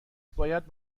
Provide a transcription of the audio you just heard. باید